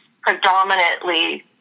predominantly